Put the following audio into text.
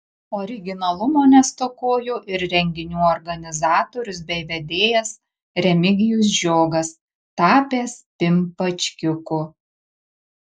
originalumo nestokojo ir renginių organizatorius bei vedėjas remigijus žiogas tapęs pimpačkiuku